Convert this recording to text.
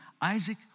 Isaac